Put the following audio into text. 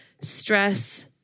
stress